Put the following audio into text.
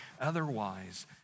otherwise